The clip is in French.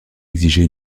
exigeait